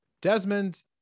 Desmond